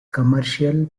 commercial